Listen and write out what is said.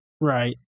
Right